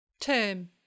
Term